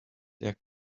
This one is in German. der